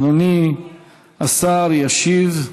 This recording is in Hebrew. אדוני השר ישיב.